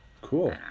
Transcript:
Cool